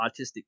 autistic